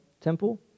temple